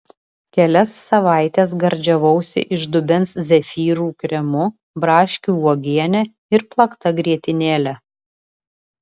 kelias savaites gardžiavausi iš dubens zefyrų kremu braškių uogiene ir plakta grietinėle